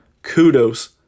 Kudos